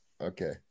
Okay